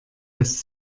lässt